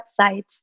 website